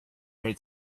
her